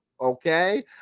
Okay